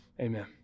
Amen